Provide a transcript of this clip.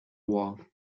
war